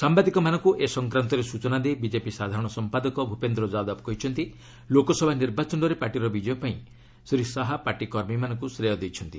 ସାମ୍ବାଦିକମାନଙ୍କୁ ଏ ସଂକ୍ରାନ୍ତରେ ସ୍ବଚନା ଦେଇ ବିଜେପି ସାଧାରଣ ସମ୍ପାଦକ ଭୁପେନ୍ଦ୍ର ଯାଦବ କହିଛନ୍ତି ଲୋକସଭା ନିର୍ବାଚନରେ ପାର୍ଟିର ବିଜୟ ପାଇଁ ଶ୍ରୀ ଶାହା ପାର୍ଟି କର୍ମୀମାନଙ୍କୁ ଶ୍ରେୟ ଦେଇଛନ୍ତି